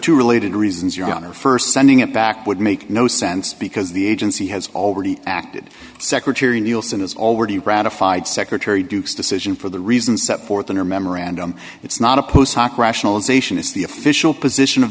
two related reasons your honor st sending it back would make no sense because the agency has already acted secretary nicholson has already ratified secretary duke's decision for the reasons set forth in your memorandum it's not a post hoc rationalization it's the official position of